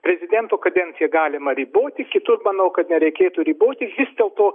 prezidento kadenciją galima riboti kitur manau kad nereikėtų riboti vis dėlto